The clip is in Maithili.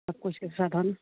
सब किछुके साधन